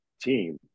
team